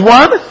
one